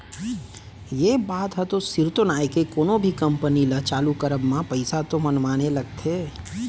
ये बात ह तो सिरतोन आय के कोनो भी कंपनी ल चालू करब म पइसा तो मनमाने लगथे